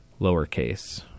lowercase